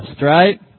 right